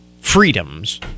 freedoms